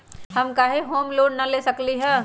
हम काहे home loan न ले सकली ह?